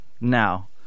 now